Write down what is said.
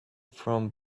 from